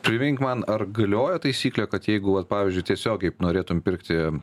primink man ar galioja taisyklė kad jeigu vat pavyzdžiui tiesiogiai norėtum pirkti